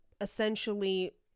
essentially